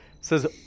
says